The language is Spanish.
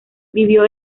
vivió